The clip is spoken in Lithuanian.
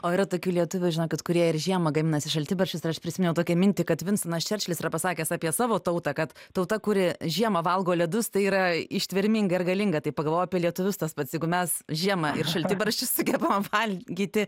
o yra tokių lietuvių žinokit kurie ir žiemą gaminasi šaltibarščius ir aš prisiminiau tokią mintį kad vinstonas čerčilis yra pasakęs apie savo tautą kad tauta kuri žiemą valgo ledus tai yra ištverminga ir galinga tai pagalvojau apie lietuvius tas pats jeigu mes žiemą ir šaltibarščius sugebam valgyti